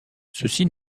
ceci